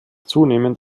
zunehmend